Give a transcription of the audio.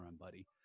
buddy